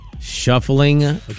Shuffling